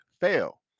fail